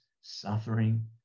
suffering